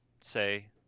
say